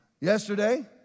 Yesterday